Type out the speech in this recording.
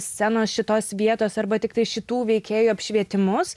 scenos šitos vietos arba tiktai šitų veikėjų apšvietimus